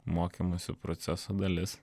mokymosi proceso dalis